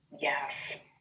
Yes